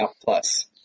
plus